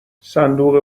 صندوق